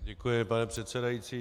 Děkuji, pane předsedající.